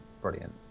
brilliant